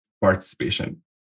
Participation